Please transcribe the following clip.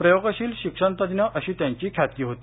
प्रयोगशील शिक्षणतज्ञ अशी त्यांची ख्याती होती